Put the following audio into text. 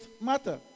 matter